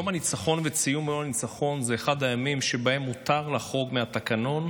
יום הניצחון וציון יום הניצחון זה אחד הימים שבהם מותר לחרוג מהתקנון,